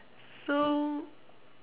so